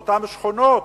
באותן שכונות,